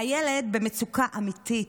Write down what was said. והילד במצוקה אמיתית.